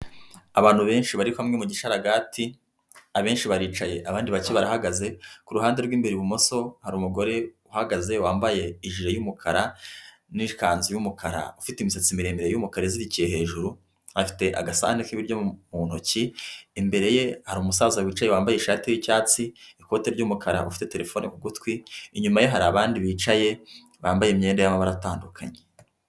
Abantu benshi bari kumwe mu gisharagati, abenshi baricaye abandi bake barahagaze kuruhande rw'imberebumoso hariru umugore uhagaze wambaye iji yumukara nikanzu y'umukara afite imisatsi miremire y'umukara yicaye hejuru afite agasai k'iburyo mu ntoki, imbere ye hari umusaza wicaye wambaye ishati y'icyatsi ikote ry'umukara, ufite terefone ku gutwi, inyuma ye hari abandi bicaye bambaye imyenda y'amabara atandukanye.